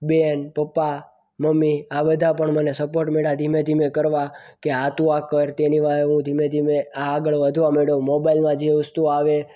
બેન પપ્પા મમ્મી આ બધા પણ મને સપોર્ટ મળ્યા ધીમે ધીમે કરવા કે હા તું આ કર તેની વાંહે ધીમે ધીમે આગળ વધવા માંડ્યો મોબાઈલમાં જે વસ્તુઓ આવે